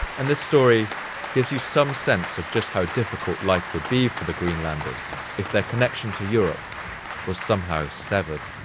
and this story gives you some sense of just how difficult life would be for the greenlanders if their connection to europe was somehow severed.